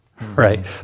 Right